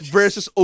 Versus